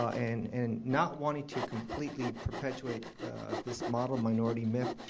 and and not wanting to completely perpetuate this model minority myth,